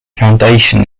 foundation